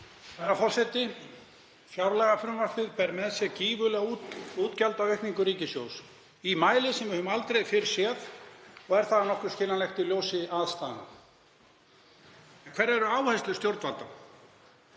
Herra forseti. Fjárlagafrumvarpið ber með sér gífurlega útgjaldaaukningu ríkissjóðs í mæli sem við höfum aldrei fyrr séð og er það nokkuð skiljanlegt í ljósi aðstæðna. Hverjar eru áherslur stjórnvalda?